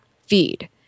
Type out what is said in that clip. feed